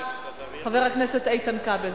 חבר הכנסת איתן כבל.